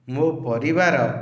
ମୋ ପରିବାର